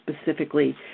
specifically